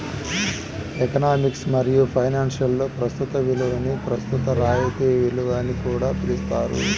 economics మరియు ఫైనాన్స్లో ప్రస్తుత విలువని ప్రస్తుత రాయితీ విలువ అని కూడా పిలుస్తారు